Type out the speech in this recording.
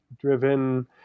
driven